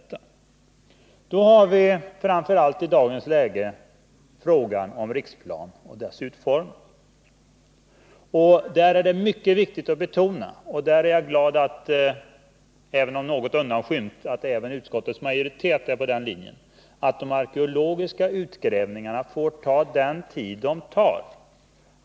I dagens läge har vi framför allt att ta ställning till frågan om Riksplan och dess utformning. Det är mycket viktigt att betona — och jag är glad över att utskottets majoritet, om än något undanskymt, är med på den linjen — att de arkeologiska utgrävningarna får ta den tid de tar.